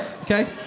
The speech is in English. Okay